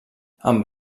amb